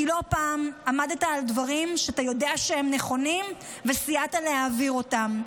כי לא פעם עמדת על דברים שאתה יודע שהם נכונים וסייעת להעביר אותם,